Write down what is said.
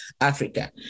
Africa